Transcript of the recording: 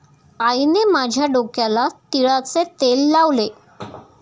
आईने माझ्या डोक्याला तिळाचे तेल लावले